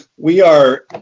we are